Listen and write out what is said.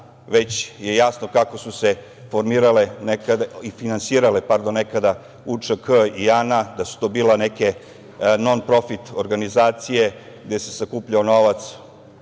već je jasno kako su se finansirale, nekada UČK i ANA, da su to bile neke non-profit organizacije gde se sakupljao novac